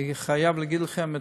אני חייב להגיד לכם,